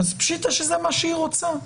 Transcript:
פשיטא שזה מה שהיא רוצה.